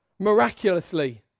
miraculously